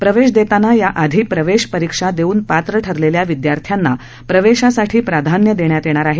प्रवेश देताना याआधी प्रवेश परीक्षा देऊन पात्र ठरलेल्या विद्यार्थ्यांना प्रवेशासाठी प्राधान्य देण्यात येणार आहे